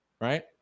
right